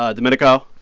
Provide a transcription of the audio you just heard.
ah domenico,